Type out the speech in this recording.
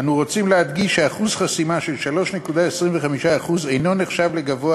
אנו רוצים להדגיש שאחוז חסימה של 3.25% אינו נחשב לגבוה